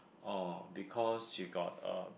orh because you got a